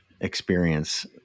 experience